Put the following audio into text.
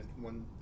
one